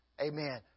amen